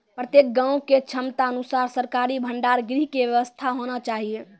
प्रत्येक गाँव के क्षमता अनुसार सरकारी भंडार गृह के व्यवस्था होना चाहिए?